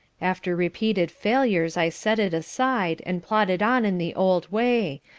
after repeated failures i set it aside, and plodded on in the old way,